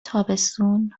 تابستون